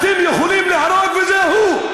אתם יכולים להרוג וזהו.